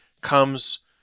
comes